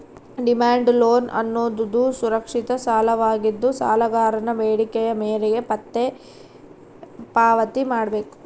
demand loan ಅನ್ನೋದುದು ಸುರಕ್ಷಿತ ಸಾಲವಾಗಿದ್ದು, ಸಾಲಗಾರನ ಬೇಡಿಕೆಯ ಮೇರೆಗೆ ಮತ್ತೆ ಪಾವತಿ ಮಾಡ್ಬೇಕು